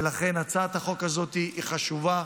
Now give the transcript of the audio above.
ולכן הצעת החוק הזאת היא חשובה.